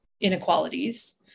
inequalities